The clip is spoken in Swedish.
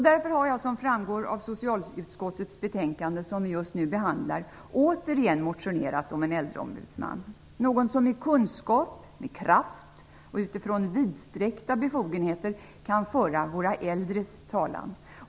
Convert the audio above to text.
Därför har jag, som framgår av socialutskottets betänkande 3, återigen motionerat om en äldreombudsman, någon som med kunskap och med kraft och utifrån vidsträckta befogenheter kan föra våra äldres talan.